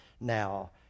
now